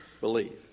believe